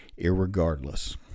irregardless